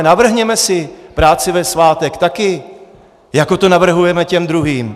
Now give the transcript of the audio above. Navrhněme si práci ve svátek taky, jako to navrhujeme těm druhým.